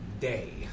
day